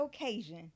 occasion